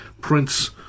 prince